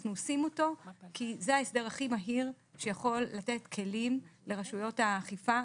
אנחנו עושים אותו כי זה ההסדר הכי מהיר שיכול לתת כלים לרשויות האכיפה,